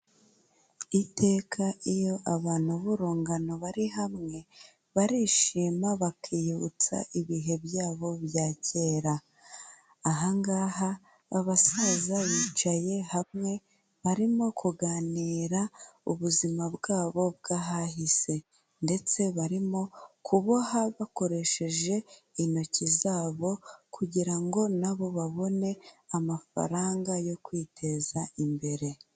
Iteka iyo abantu b'urungano bari hamwe, barishima bakiyibutsa ibihe byabo bya kera. Aha ngaha abasaza bicaye hamwe, barimo kuganira ubuzima bwabo bw'ahahise ndetse barimo kuboha bakoresheje intoki zabo kugira ngo na bo babone amafaranga yo kwiteza imbere.